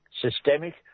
systemic